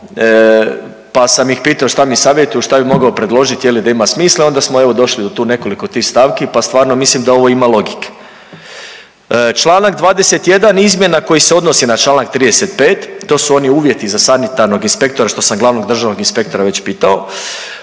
pa sam ih pitao šta mi savjetuju, šta bi mogao predložiti, je li, da ima smisla i onda smo evo, došli do tu nekoliko tih stavki pa stvarno mislim da ovo ima logike. Čl. 21 izmjena koji se odnosi na čl. 35, to su oni uvjeti za sanitarnog inspektora što sam glavnog državnog inspektora već pitao.